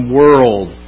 world